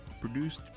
produced